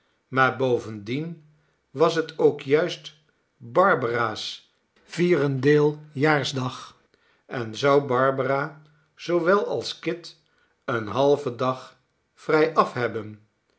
maar bo vendien was het ook juist barbara's vierendeeljaarsdag en zou barbara zoowel als kit een halven dag vrijaf hebben